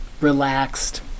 relaxed